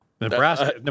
Nebraska